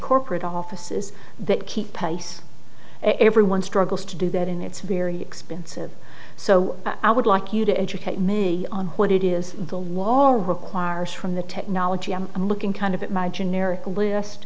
corporate offices that keep pace everyone struggles to do that and it's very expensive so i would like you to educate me on what it is the wall requires from the technology i'm looking kind of at my generic list